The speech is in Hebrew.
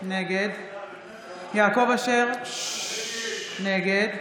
נגד יעקב אשר, נגד